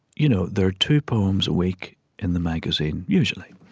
you know, there are two poems a week in the magazine usually.